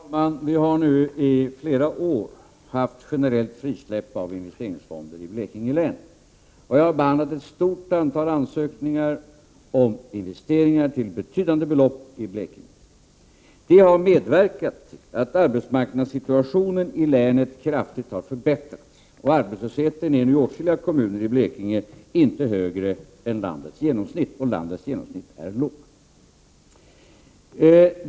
Så 5 ; Om frisläpp av bli betydligt bättre, om man stimulerade till s.k. avknoppning. investeringsfonder rdkvesterd Anf. 63 Finansminister KJELL-OLOF FELDT: Ferne Nr Herr talman! Vi har nu i flera år haft ett generellt frisläpp av investerings 5 å Å sydöstra Sverige fonder i Blekinge län. Vi har behandlat ett stort antal ansökningar om investeringar i Blekinge till betydande belopp. Det har medverkat till att arbetsmarknadssituationen i länet kraftigt har förbättrats. Arbetslösheten i åtskilliga kommuner i Blekinge ligger nu inte högre än landets genomsnitt — den genomsnittliga arbetslösheten i landet är låg.